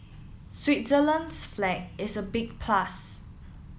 Switzerland's flag is a big plus